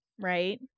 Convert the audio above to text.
Right